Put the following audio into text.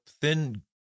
thin